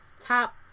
top